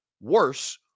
worse